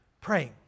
Praying